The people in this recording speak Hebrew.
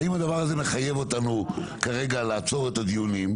ואי-אפשר לטעות בשיוך שלה.